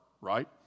right